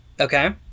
Okay